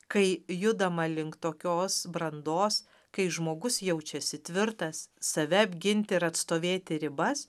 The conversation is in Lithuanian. kai judama link tokios brandos kai žmogus jaučiasi tvirtas save apginti ir atstovėti ribas